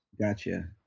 Gotcha